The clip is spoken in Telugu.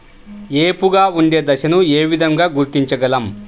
ఏపుగా ఉండే దశను ఏ విధంగా గుర్తించగలం?